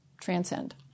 transcend